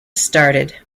started